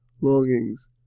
longings